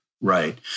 right